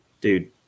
dude